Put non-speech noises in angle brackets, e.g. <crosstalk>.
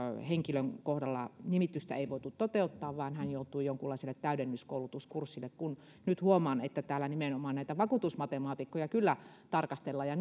henkilön kohdalla nimitystä ei voitu toteuttaa vaan hän joutui jonkunlaiselle täydennyskoulutuskurssille nyt huomaan että täällä nimenomaan näitä vakuutusmatemaatikkoja kyllä tarkastellaan ja <unintelligible>